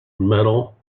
metal